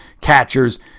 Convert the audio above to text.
catchers